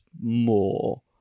more